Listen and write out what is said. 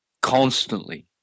constantly